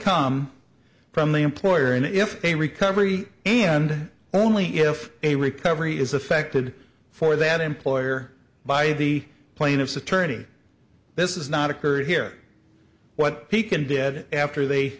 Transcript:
come from the employer and if a recovery and only if a recovery is affected for that employer by the plaintiff's attorney this is not occurring here what he can did after they